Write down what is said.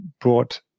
brought